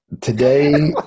today